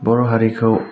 बर' हारिखौ